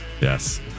Yes